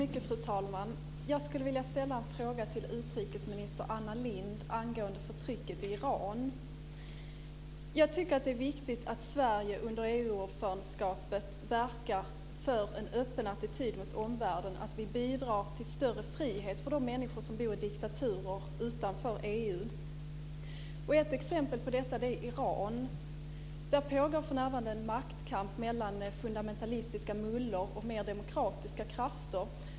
Fru talman! Jag vill ställa en fråga till utrikesminister Anna Lindh angående förtrycket i Iran. Jag tycker att det är viktigt att Sverige under EU ordförandeskapet verkar för en öppen attityd mot omvärlden. Sverige ska bidra till större frihet för de människor som bor i diktaturer utanför EU. Ett exempel på detta är Iran. Där pågår för närvarande en maktkamp mellan fundamentalistiska mullor och mer demokratiska krafter.